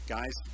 Guys